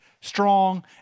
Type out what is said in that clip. strong